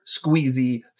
squeezy